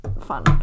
fun